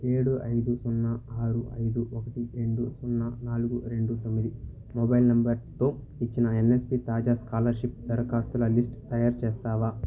ఏడు ఐదు సున్నా ఆరు ఐదు ఒకటి రెండు సున్నా నాలుగు రెండు తొమ్మిది మొబైల్ నెంబర్తో ఇచ్చిన ఎన్ఎస్పి తాజా స్కాలర్షిప్ దరఖాస్తుల లిస్ట్ తయారుచేస్తావా